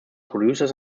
producers